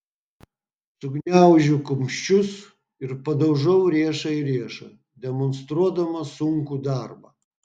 sugniaužiu kumščius ir padaužau riešą į riešą demonstruodama sunkų darbą